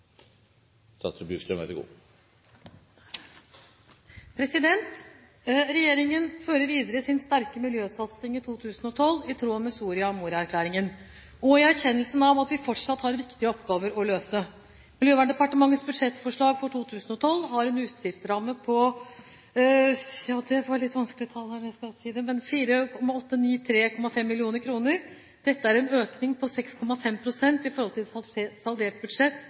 2012, i tråd med Soria Moria-erklæringen og i erkjennelsen av at vi fortsatt har viktige oppgaver å løse. Miljøverndepartementets budsjettforslag for 2012 har en utgiftsramme på 4 893,5 mill. kr. Dette er en økning på 6,5 pst. i forhold til saldert budsjett i 2011. Også i 2012 er det mange viktige satsinger på andre departementers budsjetter. De samlede miljøpolitiske tiltak på alle departementer er beregnet til